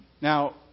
Now